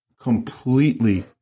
Completely